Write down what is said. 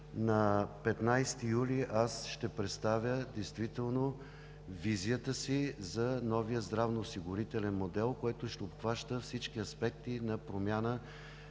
На 15 юли ще представя визията си за новия здравноосигурителен модел, който ще обхваща всички аспекти на промяна